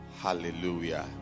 hallelujah